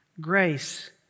grace